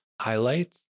highlights